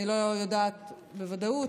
אני לא יודעת בוודאות,